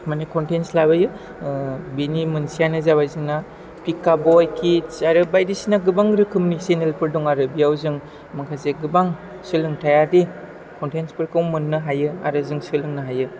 माने खनथेन्स लाबोयो ओह बिनि मोनसेयानो जाबाय जोंना फिखा बय खिदस आरो बायदिसिना गोबां रोखोमनि सेनेलफोर दं आरो बेयाव जों माखासे गोबां सोलोंथाइयारि खनथेन्सफोरखौ मोननो हायो आरो जों सोलोंनो हायो